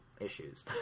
issues